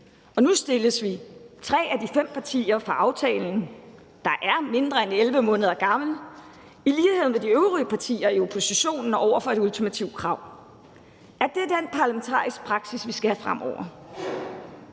og nu stilles tre af de fem partier bag aftalen, der er mindre end 11 måneder gammel, i lighed med de øvrige partier i oppositionen over for et ultimativt krav. Er det den parlamentariske praksis, vi skal have fremover?